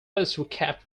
recap